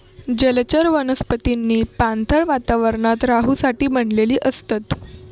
जलचर वनस्पतींनी पाणथळ वातावरणात रहूसाठी बनलेली असतत